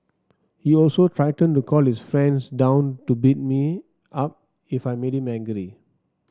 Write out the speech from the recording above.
he also threatened to call his friends down to beat me up if I made him angry